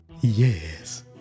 Yes